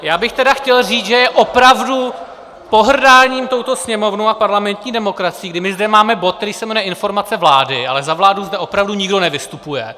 Já bych tedy chtěl říct, že je opravdu pohrdáním touto Sněmovnou a parlamentní demokracií, kdy zde máme bod, který se jmenuje informace vlády, ale za vládu zde opravdu nikdo nevystupuje.